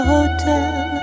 Hotel